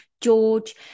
George